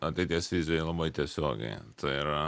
ateities vizija labai tiesiogiai tai yra